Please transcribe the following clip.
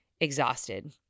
exhausted